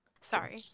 Sorry